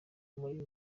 muri